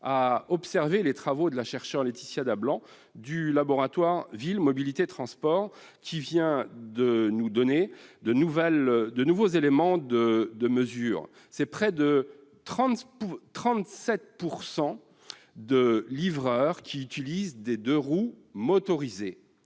à consulter les travaux de la chercheuse Laetitia Dablanc du laboratoire Ville Mobilité Transport, qui vient de nous fournir de nouveaux éléments de mesure : près de 37 % des livreurs utilisent des deux-roues motorisés